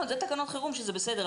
זה תקנות חירום שזה בסדר,